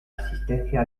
existencia